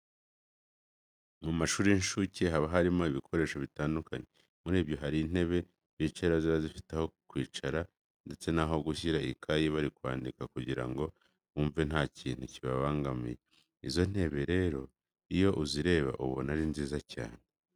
Mu mashuri y'incuke haba harimo ibikoresho bitandukanye. Muri byo harimo intebe bicaraho ziba zifite aho kwicara ndetse n'aho gushyira ikayi bari kwandika kugira ngo bumve nta kintu kibabangamiye. Izo ntebe rero iyo uzireba ubona ari nziza cyane.